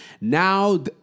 Now